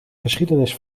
geschiedenis